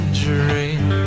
dream